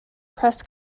press